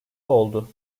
oldu